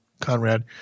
Conrad